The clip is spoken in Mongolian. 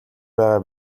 байгаа